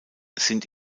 sind